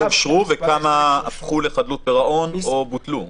אושרו וכמה הפכו לחדלות פירעון או בוטלו.